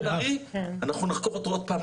בן ארי אנחנו נחקור אותו עוד פעם,